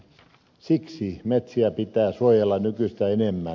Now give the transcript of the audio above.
siksi metsiä pitää suojella nykyistä enemmän